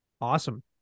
Awesome